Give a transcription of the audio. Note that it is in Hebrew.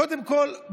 קודם כול,